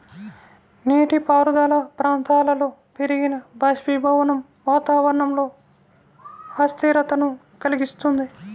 నీటిపారుదల ప్రాంతాలలో పెరిగిన బాష్పీభవనం వాతావరణంలో అస్థిరతను కలిగిస్తుంది